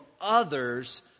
others